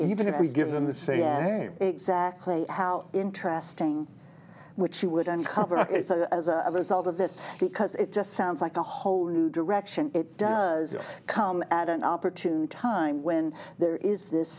even if we give them the say yes exactly how interesting what she would uncover as a result of this because it just sounds like a whole new direction it does come at an opportune time when there is this